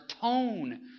tone